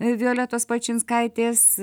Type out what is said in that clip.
violetos palčinskaitės